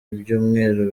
ibyumweru